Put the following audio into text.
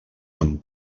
amb